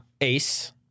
Ace